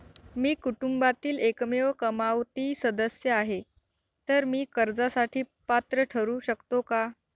मी कुटुंबातील एकमेव कमावती सदस्य आहे, तर मी कर्जासाठी पात्र ठरु शकतो का?